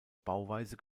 bauweise